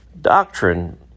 Doctrine